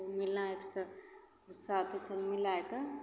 मिलैके सब साथे सब मिलैके